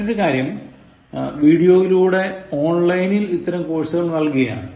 മറ്റൊരു കാര്യം വീഡിയോയിലൂടെ ഓൺലൈനിൽ ഇത്തരം കോഴ്സുകൾ നൽകുകയാണ്